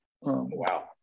wow